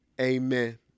Amen